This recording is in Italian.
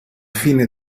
fine